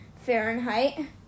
Fahrenheit